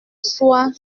soit